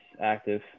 active